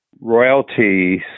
royalties